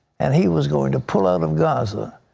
and he was going to pull out of gaza.